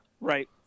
Right